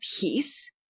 peace